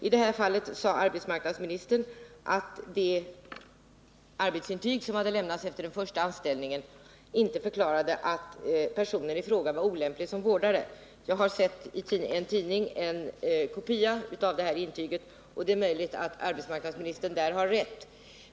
I det här fallet sade arbetsmarknadsministern att arbetsintyget som lämnats efter den första anställningen inte förklarade att personen i fråga var olämplig som vårdare. Jag har sett en kopia av intyget i en tidning, och det är möjligt att arbetsmarknadsministern har rätt.